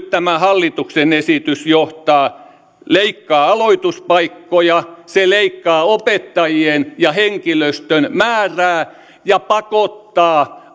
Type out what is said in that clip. tämä hallituksen esitys johtaa että se leikkaa aloituspaikkoja se leikkaa opettajien ja henkilöstön määrää ja pakottaa